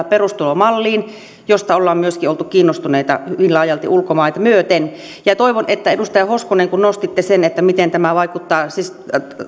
perustulomalliin josta ollaan myöskin oltu kiinnostuneita hyvin laajalti ulkomaita myöten ja edustaja hoskonen kun nostitte sen että miten tämä vaikuttaa siis